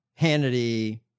Hannity